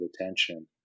attention